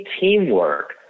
teamwork